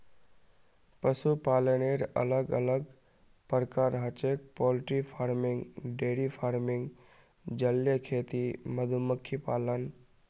पशुपालनेर अलग अलग प्रकार छेक पोल्ट्री फार्मिंग, डेयरी फार्मिंग, जलीय खेती, मधुमक्खी पालन